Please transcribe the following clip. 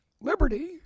Liberty